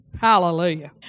Hallelujah